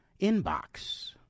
inbox